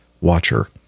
watcher